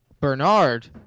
Bernard